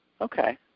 Okay